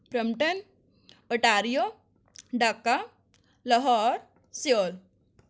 Brampton Ontario Dhaka Lahore Seoul